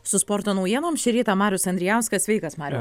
su sporto naujienom šį rytą marius andrijauskas sveikas mariau